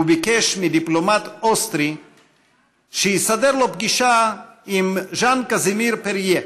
הוא ביקש מדיפלומט אוסטרי שיסדר לו פגישה עם ז'אן קזימיר-פרייה,